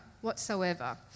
whatsoever